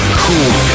cool